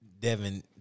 Devin